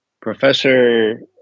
Professor